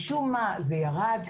משום מה זה ירד.